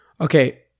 okay